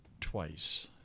twice